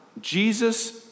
Jesus